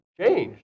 changed